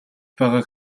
байгааг